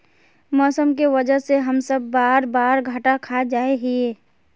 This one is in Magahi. मौसम के वजह से हम सब बार बार घटा खा जाए हीये?